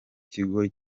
kigo